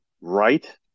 right